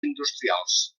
industrials